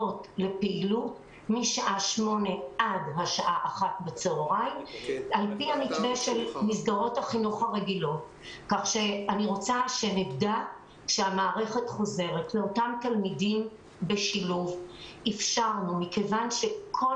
לפעילות משעה 08:00 עד השעה 13:00. מכיוון שכל